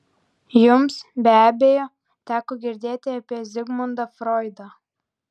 jums be abejo teko girdėti apie zigmundą froidą